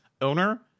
owner